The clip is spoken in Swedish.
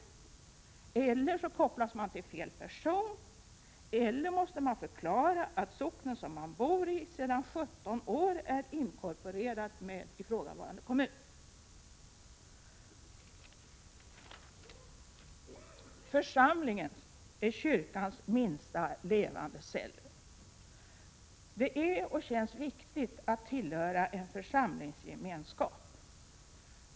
Man kopplas kanske också till fel person, eller också måste man förklara att socknen man bor i sedan 17 år är inkorporerad med ifrågavarande kommun. Församlingen är kyrkans minsta levande cell. Det är och känns viktigt att tillhöra en församlingsgemenskap.